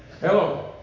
Hello